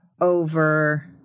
over